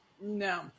No